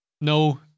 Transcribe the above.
no